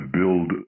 build